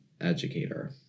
educator